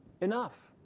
enough